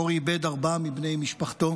אורי איבד ארבעה מבני משפחתו